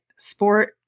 sport